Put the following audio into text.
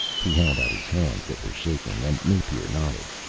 he held out his hands that were shaking, and napier nodded.